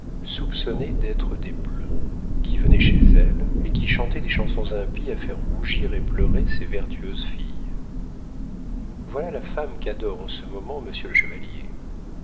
soupçonnés d'être des bleus qui venaient chez elle et qui chantaient des chansons impies à faire rougir et pleurer ces vertueuses filles voilà la femme qu'adore en ce moment monsieur le chevalier